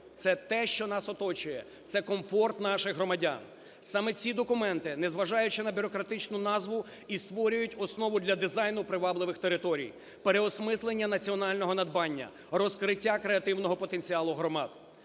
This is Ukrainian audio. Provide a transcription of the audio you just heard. Це те, що нас оточує, це – комфорт наших громадян. Саме ці документи, незважаючи на бюрократичну назву, і створюють основу для дизайну привабливих територій, переосмислення національного надбання, розкриття креативного потенціалу громад.